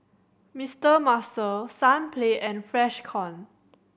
Mister Muscle Sunplay and Freshkon